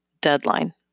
deadline